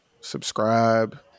subscribe